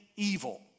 evil